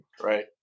Right